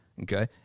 okay